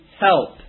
help